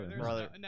brother